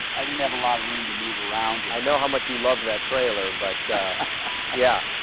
i didn't have a lot of room to move around. i know how much you love that trailer, but yeah.